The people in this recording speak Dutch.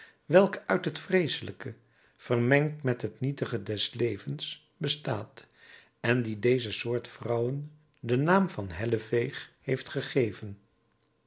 welke uit het vreeselijke vermengd met het nietige des levens bestaat en die deze soort vrouwen den naam van helleveeg heeft gegeven